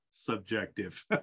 Subjective